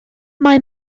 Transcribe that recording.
mae